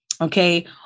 okay